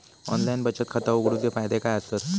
Online बचत खाता उघडूचे फायदे काय आसत?